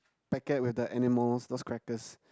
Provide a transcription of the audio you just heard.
packet with the animals those crackers